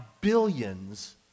billions